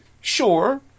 Sure